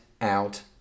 out